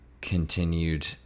continued